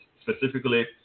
specifically